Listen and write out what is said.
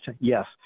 Yes